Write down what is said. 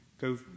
Go